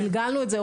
גלגלנו את זה,